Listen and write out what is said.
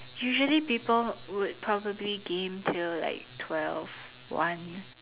usually people would probably game till like twelve one